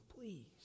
please